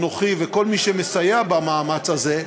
אנוכי וכל מי שמסייע במאמץ הזה,